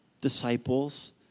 disciples